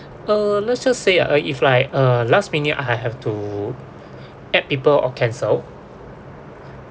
uh let's just say uh if like uh last minute I have to add people or cancel